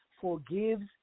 forgives